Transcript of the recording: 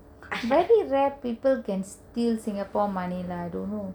very rare people can steal singapore money lah I don't know